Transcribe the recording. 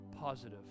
positive